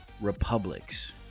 republics